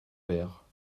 père